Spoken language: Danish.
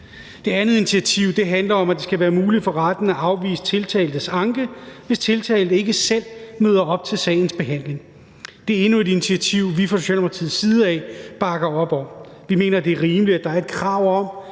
Det andet initiativ handler om, at det skal være muligt for retten at afvise tiltaltes anke, hvis tiltalte ikke selv møder op til sagens behandling. Det er endnu et initiativ, vi fra Socialdemokratiets side bakker op om. Vi mener, det er rimeligt, at der er et krav om,